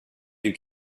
you